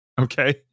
Okay